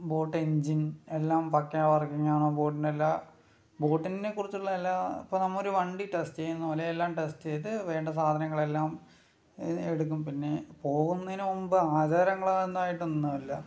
boat engine എല്ലാം പക്കാ working ആണോ ബോട്ടിൻ്റെ എല്ലാ ബോട്ടിനെ കുറിച്ചുള്ള എല്ലാ ഇപ്പോൾ നമ്മ ഒരു വണ്ടി ടെസ്റ്റ് ചെയ്യുന്നത് പോലെ എല്ലാം ടെസ്റ്റ് ചെയ്ത് വേണ്ട സാധനങ്ങളെല്ലാം എടുക്കും പിന്നെ പോകുന്നതിനു മുമ്പ് ആചാരങ്ങളാന്നായിട്ടൊന്നുല്ല